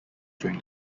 during